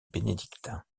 bénédictins